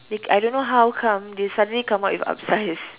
they I don't know how come they suddenly come up with upsize